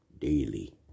daily